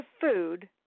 food